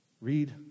Read